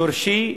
שורשי,